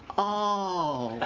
oh,